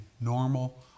normal